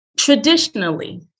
Traditionally